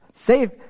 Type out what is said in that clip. save